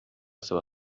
seva